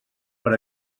per